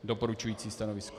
Doporučující stanovisko.